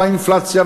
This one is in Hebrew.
ובאינפלציה,